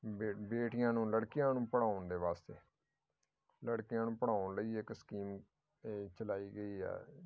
ਬੇ ਬੇਟੀਆਂ ਨੂੰ ਲੜਕੀਆਂ ਨੂੰ ਪੜ੍ਹਾਉਣ ਦੇ ਵਾਸਤੇ ਲੜਕੀਆਂ ਨੂੰ ਪੜ੍ਹਾਉਣ ਲਈ ਇੱਕ ਸਕੀਮ ਤਾਂ ਚਲਾਈ ਗਈ ਆ